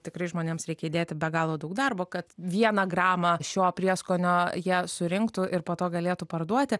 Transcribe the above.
tikrai žmonėms reikia įdėti be galo daug darbo kad vieną gramą šio prieskonio jie surinktų ir po to galėtų parduoti